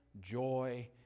joy